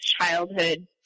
childhood